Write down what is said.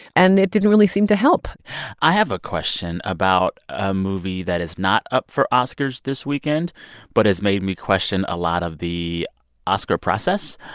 and it didn't really seem to help i have a question about a movie that is not up for oscars this weekend but has made me question a lot of the oscar process.